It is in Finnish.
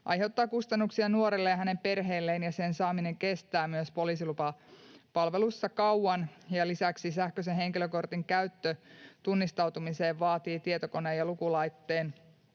aiheuttaa kustannuksia nuorelle ja hänen perheelleen ja sen saaminen kestää myös poliisin lupapalveluissa kauan. Lisäksi sähköisen henkilökortin käyttö tunnistautumiseen vaatii tietokoneen ja lukulaitteen,